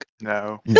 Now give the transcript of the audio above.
No